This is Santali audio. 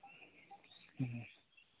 ᱦᱩᱸ